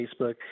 Facebook